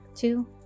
Two